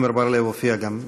עמר בר-לב הופיע גם,